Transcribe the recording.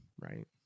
right